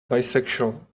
bisexual